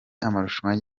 amarushanwa